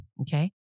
okay